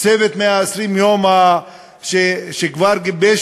"צוות 120 הימים" שכבר גיבש